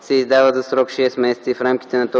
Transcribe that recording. се издават за срок 6 месеца и в рамките на